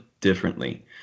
differently